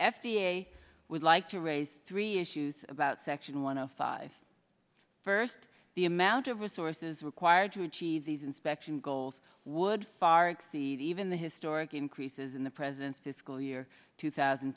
a would like to raise three issues about section one zero five first the amount of resources required to achieve these inspection goals would far exceed even the historic increases in the president's fiscal year two thousand